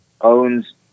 owns